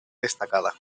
destacada